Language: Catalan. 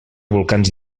volcans